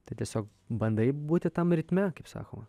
tai tiesiog bandai būti tam ritme kaip sakoma